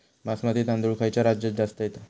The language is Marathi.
बासमती तांदूळ खयच्या राज्यात जास्त येता?